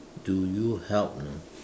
do you help you know